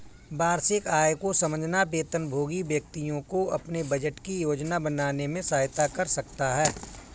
वार्षिक आय को समझना वेतनभोगी व्यक्तियों को अपने बजट की योजना बनाने में सहायता कर सकता है